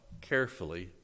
carefully